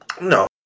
No